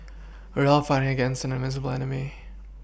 we are fighting against an invisible enemy